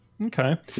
Okay